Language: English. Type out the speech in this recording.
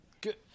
Good